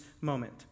moment